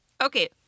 Okay